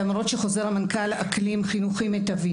למרות שחוזר מנכ"ל אקלים חינוכי מיטבי,